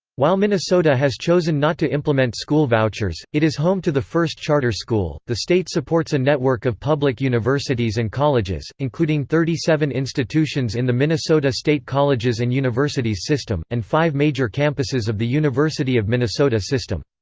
while minnesota has chosen not to implement school vouchers, it is home to the first charter school the state supports a network of public universities and colleges, including thirty seven institutions in the minnesota state colleges and universities system, and five major campuses of the university of minnesota system.